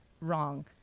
wrong